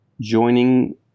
joining